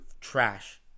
trash